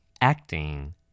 acting